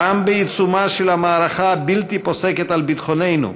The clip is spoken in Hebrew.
גם בעיצומה של המערכה הבלתי-פוסקת על ביטחוננו,